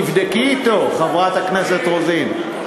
תבדקי אתו, חברת הכנסת רוזין.